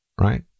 right